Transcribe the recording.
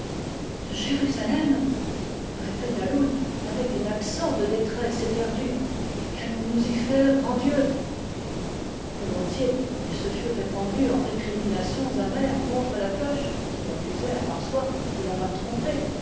de jérusalem répéta loull avec un accent de détresse éperdue et qu'allons-nous y faire grand dieu volontiers il se fût répandu en récriminations amères contre la cloche qu'il accusait à part soi de l'avoir trompé